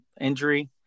injury